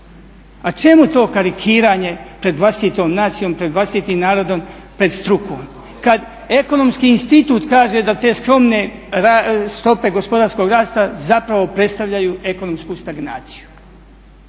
A čemu to karikiranje pred vlastitom nacijom, pred vlastitim narodom pred strukom, kada Ekonomski institut kaže da te skromne stope gospodarskog rasta zapravo predstavljaju ekonomsku stagnaciju.